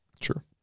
Sure